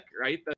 right